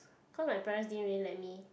cause my parents didn't really let me